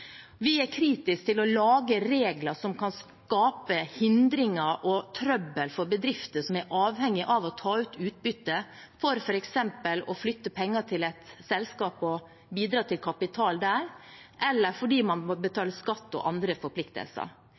Vi er kritiske til å lage regler som kan skape hindringer og trøbbel for bedrifter som er avhengige av å ta ut utbytte for f.eks. å flytte penger til et selskap og bidra til kapital der, eller fordi man må betale skatt og betale for andre forpliktelser,